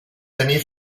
tenir